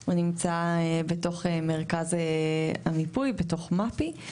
הוא נמצא בתוך מרכז המיפוי, בתוך מפ"י.